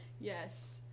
Yes